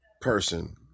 person